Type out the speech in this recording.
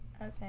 Okay